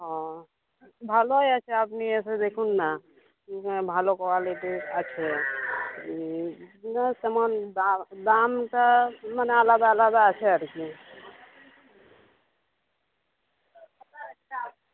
ও ভালোই আছে আপনি এসে দেখুন না ভালো কোয়ালিটির আছে এগুলো তেমন দা দামটা মানে আলাদা আলদা আছে আর কি